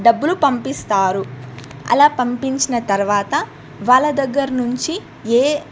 డబ్బులు పంపిస్తారు అలా పంపించిన తర్వాత వాళ్ళ దగ్గర నుంచి ఏ